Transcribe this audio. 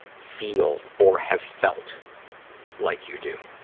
feel or have felt like you do.